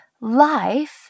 life